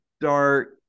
dark